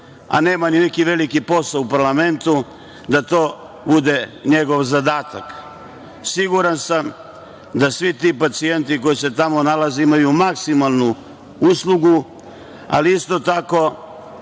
a nema ni neki veliki posao u parlamentu, da to bude njegov zadatak. Siguran sam da svi ti pacijenti koji se tamo nalaze imaju maksimalnu uslugu, ali isto tako